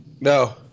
No